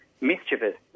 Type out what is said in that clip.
mischievous